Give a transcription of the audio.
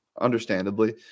understandably